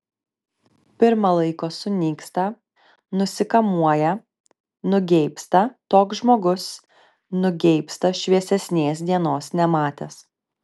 pirma laiko sunyksta nusikamuoja nugeibsta toks žmogus nugeibsta šviesesnės dienos nematęs